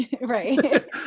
Right